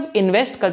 invest